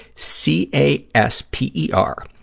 c a s p e r.